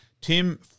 Tim